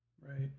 Right